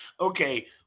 Okay